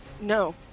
No